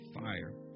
fire